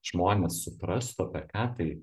žmonės suprastų apie ką tai